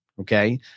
okay